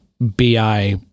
BI